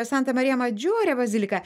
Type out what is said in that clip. santa marija madžiore baziliką